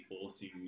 forcing